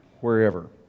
wherever